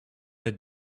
had